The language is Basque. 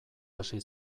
hasi